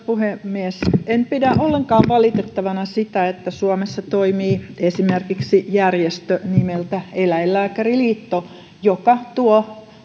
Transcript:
puhemies en pidä ollenkaan valitettavana sitä että suomessa toimii esimerkiksi järjestö nimeltä eläinlääkäriliitto joka tuo